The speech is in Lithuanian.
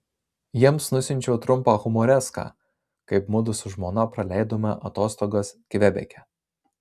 jiems nusiunčiau trumpą humoreską kaip mudu su žmona praleidome atostogas kvebeke